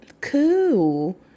Cool